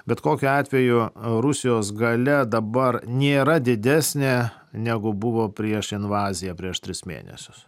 bet kokiu atveju rusijos galia dabar nėra didesnė negu buvo prieš invaziją prieš tris mėnesius